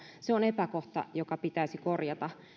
se on epäkohta joka pitäisi korjata